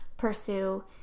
pursue